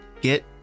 get